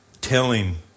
telling